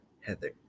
Heather